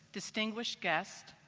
distinguished guests,